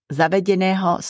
zavedeného